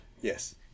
Yes